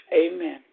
Amen